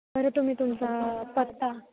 बरं तुम्ही तुमचा पत्ता